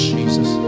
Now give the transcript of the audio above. Jesus